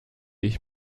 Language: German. ich